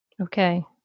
Okay